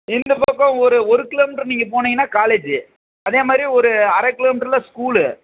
இந்தப் பக்கம் ஒரு ஒரு கிலோமீட்டர் நீங்கள் போனீங்கன்னால் காலேஜு அதே மாதிரி ஒரு அரை கிலோமீட்டர்ல ஸ்கூலு